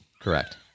Correct